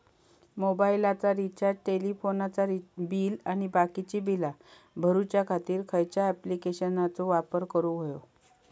मोबाईलाचा रिचार्ज टेलिफोनाचा बिल आणि बाकीची बिला भरूच्या खातीर खयच्या ॲप्लिकेशनाचो वापर करूक होयो?